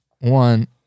one